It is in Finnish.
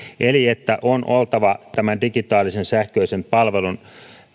eli on oltava tämän digitaalisen sähköisen palvelun